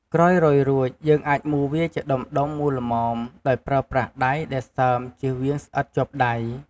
ក្រោយរោយរួចយើង អាចមូរវាជាដុំៗមូលល្មមដោយប្រើប្រាស់ដៃដែលសើមជៀសវៀងស្អិតជាប់ដៃរ។